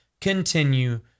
continue